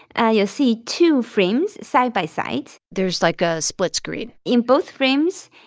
ah you'll see two frames side by side there's, like, a split screen in both frames,